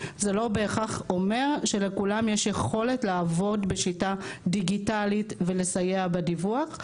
זה לא בהכרח אומר שלכולם יש יכולת לעבוד בשיטה דיגיטלית ולסייע בדיווח.